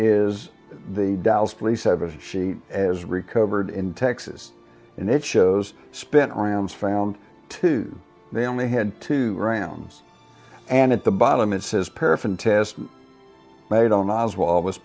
a sheet as recovered in texas and it shows spent rounds found two they only had two rounds and at the bottom it says paraffin test made on oswald was